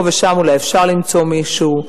פה ושם אולי אפשר למצוא מישהו,